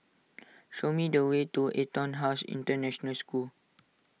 show me the way to EtonHouse International School